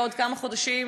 בעוד כמה חודשים,